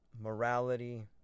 morality